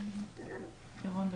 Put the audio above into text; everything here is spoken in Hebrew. בבקשה.